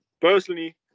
personally